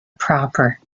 proper